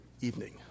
evening